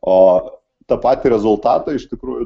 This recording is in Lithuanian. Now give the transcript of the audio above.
o tą patį rezultatą iš tikrųjų